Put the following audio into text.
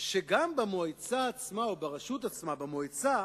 שגם במועצה עצמה או ברשות עצמה, במועצה,